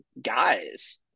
guys